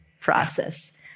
process